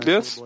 Yes